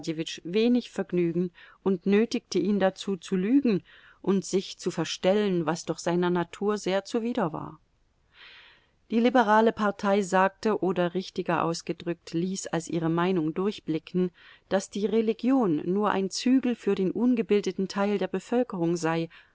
wenig vergnügen und nötigte ihn dazu zu lügen und sich zu verstellen was doch seiner natur sehr zuwider war die liberale partei sagte oder richtiger ausgedrückt ließ als ihre meinung durchblicken daß die religion nur ein zügel für den ungebildeten teil der bevölkerung sei